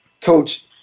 Coach